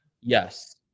yes